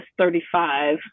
35